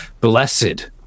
Blessed